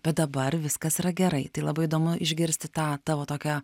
bet dabar viskas yra gerai tai labai įdomu išgirsti tą tavo tokią